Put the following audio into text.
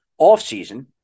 offseason